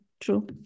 true